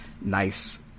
nice